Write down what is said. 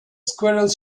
squirrels